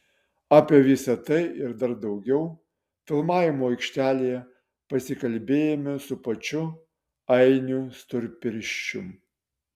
apie visa tai ir dar daugiau filmavimo aikštelėje pasikalbėjome su pačiu ainiu storpirščiu